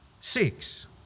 Six